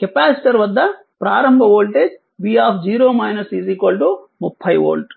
capacitor వద్ద ప్రారంభ voltage v 30 volt